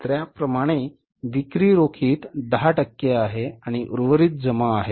त्याप्रमाणे विक्री रोखीत 10 टक्के आहे आणि उर्वरित जमा आहेत